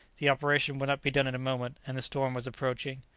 the operation would not be done in a moment, and the storm was approaching.